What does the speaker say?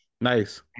Nice